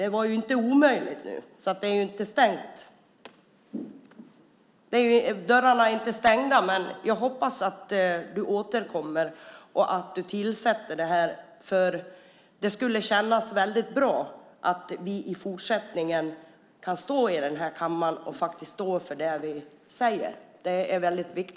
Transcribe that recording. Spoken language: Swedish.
Det var inte omöjligt nu, så dörrarna är inte stängda. Men jag hoppas att ministern återkommer, och tillsätter en kommission. Det skulle kännas bra om vi i fortsättningen kan stå i den här kammaren och faktiskt står för det vi säger. Det här är viktiga saker.